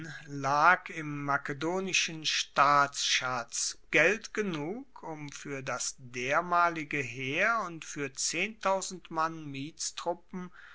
lag im makedonischen staatsschatz geld genug um fuer das dermalige heer und fuer mann